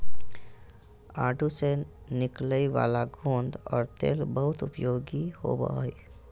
आडू से निकलय वाला गोंद और तेल बहुत उपयोगी होबो हइ